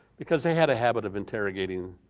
because they had a habit of interrogating,